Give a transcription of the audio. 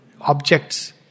objects